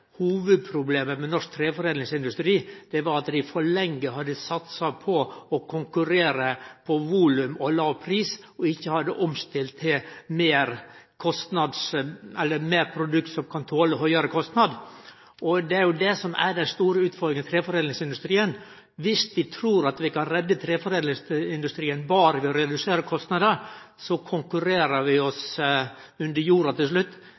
hovudproblemet med norsk treforedlingsindustri var at ein for lenge hadde satsa på å konkurrere på volum og låg pris og ikkje hadde omstilt til produkt som kan tole høgare kostnad. Og det er jo det som er den store utfordringa for treforedlingsindustrien. Viss vi trur at vi kan redde treforedlingsindustrien berre ved å redusere kostnader, konkurrerer vi oss under jorda til slutt.